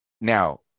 now